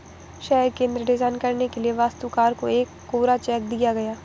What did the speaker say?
शहर केंद्र डिजाइन करने के लिए वास्तुकार को एक कोरा चेक दिया गया